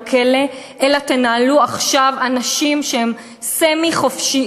כלא אלא תנהלו עכשיו אנשים שהם סמי-חופשיים,